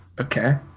Okay